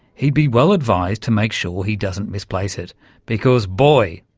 he'd be well advised to make sure he doesn't misplace it because, boy,